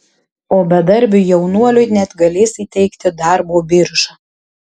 o bedarbiui jaunuoliui net galės įteikti darbo birža